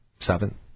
seven